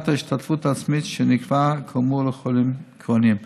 ההשתתפות העצמית שנקבעה כאמור לחולים כרוניים.